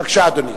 בבקשה, אדוני.